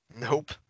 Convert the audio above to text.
Nope